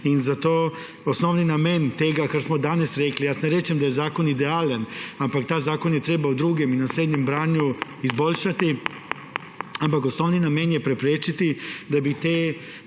to. Zato osnovni namen tega, kar smo danes rekli – jaz ne rečem, da je ta zakon idealen, ta zakon je treba v drugem in naslednjem branju izboljšati, ampak osnovni namen je preprečiti, da bi dve